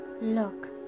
look